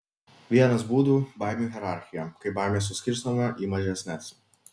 vienas būdų baimių hierarchija kai baimė suskirstoma į mažesnes